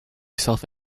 self